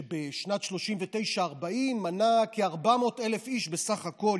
שבשנים 1940-1939 מנה כ-400,000 איש בסך הכול,